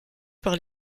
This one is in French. par